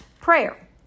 prayer